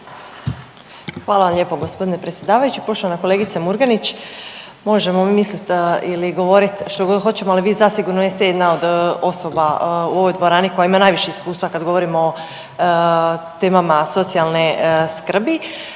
Hvala lijepo g. predsjedavajući, poštovana kolegice Murganić. Možemo misliti da ili govoriti što god hoćemo, ali vi zasigurno jeste jedna od osoba u ovoj dvorani koja ima najviše iskustva kad govorimo o temama socijalne skrbi